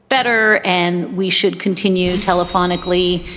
better. and we should continue telephonically,